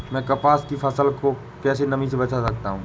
मैं कपास की फसल को कैसे नमी से बचा सकता हूँ?